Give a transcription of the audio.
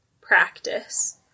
practice